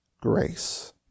grace